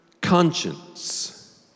conscience